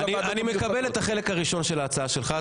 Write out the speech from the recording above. אני מקבל את החלק הראשון של ההצעה שלך.